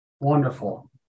Wonderful